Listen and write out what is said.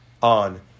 on